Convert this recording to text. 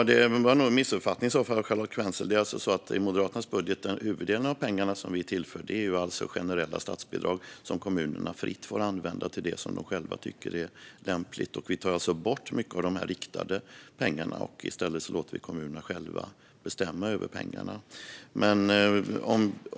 Herr talman! Det är nog i så fall en missuppfattning av Charlotte Quensel. Huvuddelen av de pengar som vi tillför i Moderaternas budget är generella statsbidrag som kommunerna fritt får använda till det som de själva tycker är lämpligt. Vi tar alltså bort mycket av de riktade pengarna, och i stället låter vi kommunerna själva bestämma över pengarna.